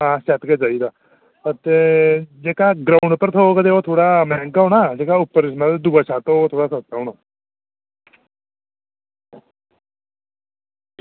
आं सैट गै चाहिदा ते जेह्का ग्राऊंड उप्पर थ्होग ओह् थोह्ड़ा मैहंगा होना ते जेह्का दूऐ छत्त ओह् थोह्ड़ा सस्ता थ्होना